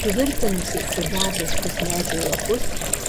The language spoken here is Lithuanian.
suvirpinusi sidabriškus medžio lapus